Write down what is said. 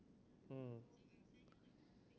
mm